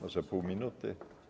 Może pół minuty?